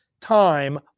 time